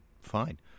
fine